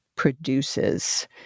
Produces